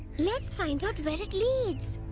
let's find out where it leads.